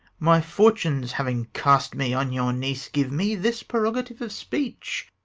my fortunes having cast me on your niece, give me this prerogative of speech